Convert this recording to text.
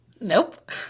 Nope